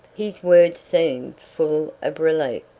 his words seemed full of relief,